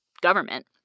government